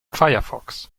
firefox